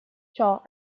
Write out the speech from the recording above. ciò